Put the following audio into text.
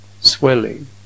swelling